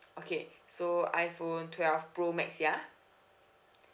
okay so iphone twelve pro max ya